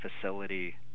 facility